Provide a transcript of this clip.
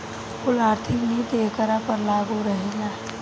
कुल आर्थिक नीति एकरा पर लागू रहेला